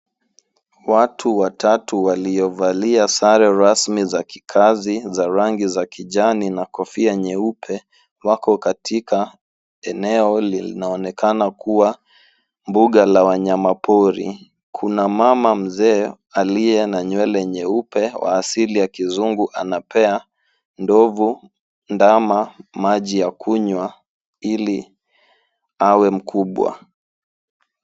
Watu watatu waliovalia sare rasmi za kikazi za rangi za kijani na kofia nyeupe wako katika eneo linaloonekana kuwa mbuga la wanyama pori. Kuna mama mzee aliye na nywele nyeupe wa asili ya kizungu anapea ndovu ndama maji ya kunywa ili awe mkubwa.